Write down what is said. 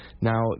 Now